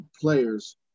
players